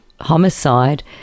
homicide